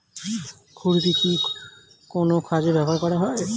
খুরপি কি কোন কাজে ব্যবহার করা হয়?